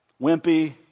wimpy